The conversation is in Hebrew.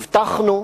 הבטחנו,